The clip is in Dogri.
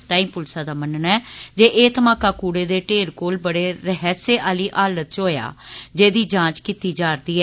तांई प्लस दा मन्नना ऐ जे एह धमाका कूड़े दे ढेर कोल बड़े स्हस्य आली हालत च होएया जेहदी जांच कीती जा रदी ऐ